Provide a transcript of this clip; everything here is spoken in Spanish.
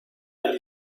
del